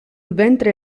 ventre